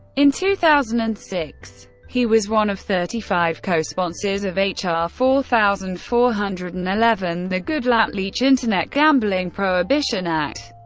in two thousand and six, he was one of thirty five cosponsors of h r. four thousand four hundred and eleven, the goodlatte-leach internet gambling prohibition act,